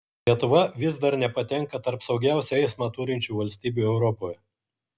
lietuva vis dar nepatenka tarp saugiausią eismą turinčių valstybių europoje